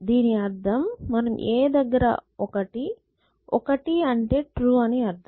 దీని అర్థం మనం a దగ్గర 1 1 అంటే ట్రూ అని అర్థం